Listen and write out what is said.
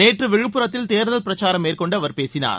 நேற்று விழுப்புரத்தில் தேர்தல் பிரச்சாரம் மேற்கொண்டு அவர் பேசினார்